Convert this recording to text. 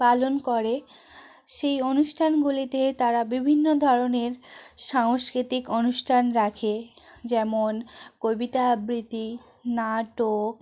পালন করে সেই অনুষ্ঠানগুলিতে তারা বিভিন্ন ধরনের সাংস্কৃতিক অনুষ্ঠান রাখে যেমন কবিতা আবৃতি নাটক